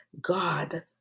God